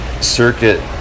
circuit